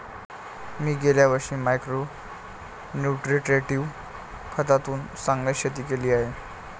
मी गेल्या वर्षी micro nutritive खतातून चांगले शेती केली आहे